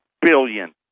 billion